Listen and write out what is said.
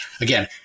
Again